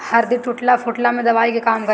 हरदी टूटला फुटला में दवाई के काम करेला